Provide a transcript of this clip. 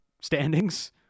standings